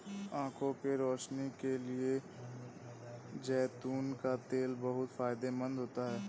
आंखों की रोशनी के लिए जैतून का तेल बहुत फायदेमंद होता है